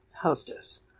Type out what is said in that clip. Hostess